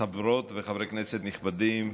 חברות וחברי כנסת נכבדים,